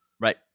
Right